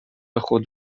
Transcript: خود